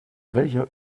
welcher